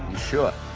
sure?